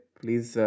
please